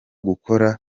gukora